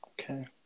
Okay